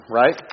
right